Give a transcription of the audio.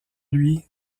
lui